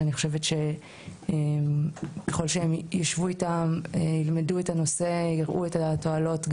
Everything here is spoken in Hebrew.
אני חושבת שככל שיישבו איתם והם ילמדו את הנושא ויראו את התועלות,